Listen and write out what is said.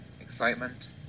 excitement